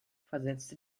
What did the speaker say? versetzte